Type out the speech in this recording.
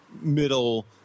Middle